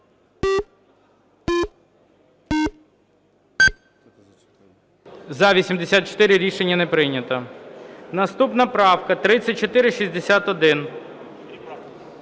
За-83 Рішення не прийнято. Наступна правка 997.